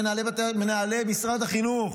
מנהלי משרד החינוך,